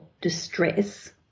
distress